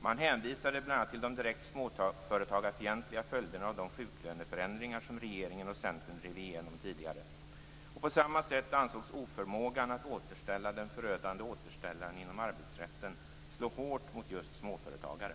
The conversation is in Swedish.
Man hänvisade bl.a. till de direkt småföretagarfientliga följderna av de sjuklöneförändringar, som regeringen och Centern drivit igenom tidigare. På samma sätt ansågs oförmågan att återställa den förödande återställaren inom arbetsrätten slå hårt mot just småföretagare.